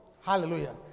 Hallelujah